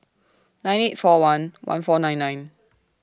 nine eight four one one four nine nine